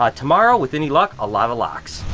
ah tomorrow with any luck, a lot of locks.